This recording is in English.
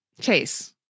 Chase